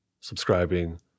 subscribing